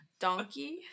Donkey